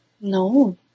no